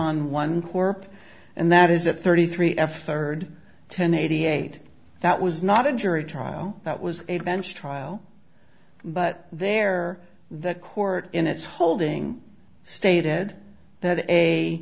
tron one corp and that is a thirty three f thirty ten eighty eight that was not a jury trial that was a bench trial but there the court in its holding stated that a